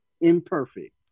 imperfect